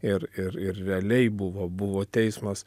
ir ir ir realiai buvo buvo teismas